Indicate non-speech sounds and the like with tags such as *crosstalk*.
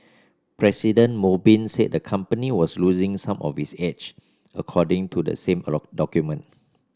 President Mo Bin said the company was losing some of its edge according to the same *unintelligible* document